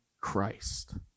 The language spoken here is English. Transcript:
Christ